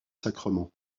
sacrements